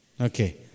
Okay